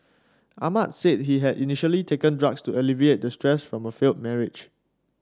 Ahmad said he had initially taken drugs to alleviate the stress from a failed marriage